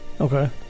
Okay